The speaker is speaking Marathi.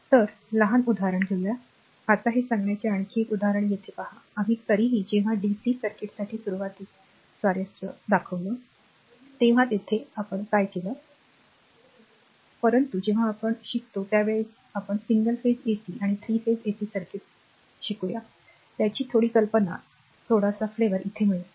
तर लहान उदाहरण आता हे सांगण्याचे आणखी एक उदाहरण येथे पहा आम्ही तरीही जेव्हा डीसी सर्किटसाठी सुरुवातीस स्वारस्य असतो तेव्हा येथे कार्य करतो परंतु जेव्हा आपण शिकतो त्यावेळेच्या वेळी सिंगल फेज एसी आणि 3 फेज एसी सर्किट्ससाठी जाऊ तेव्हा त्याची थोडी कल्पना थोडासा flavor इथे मिळेल